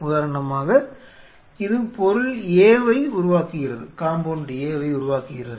உதாரணமாக இது பொருள் A வை உருவாக்குகிறது